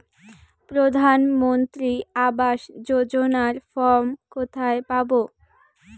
প্রধান মন্ত্রী আবাস যোজনার ফর্ম কোথায় পাব?